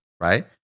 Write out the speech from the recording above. right